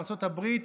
ארצות הברית,